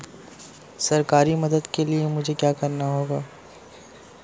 सरकारी मदद के लिए मुझे क्या करना होगा?